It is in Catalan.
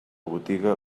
botiga